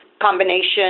combination